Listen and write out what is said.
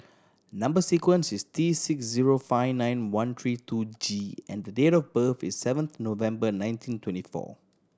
number sequence is T six zero five nine one three two G and the date of birth is seventh November nineteen twenty four